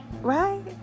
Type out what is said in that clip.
right